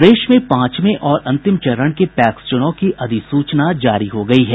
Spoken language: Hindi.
प्रदेश में पांचवें और अंतिम चरण के पैक्स चुनाव की अधिसूचना जारी हो गयी है